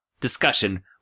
discussion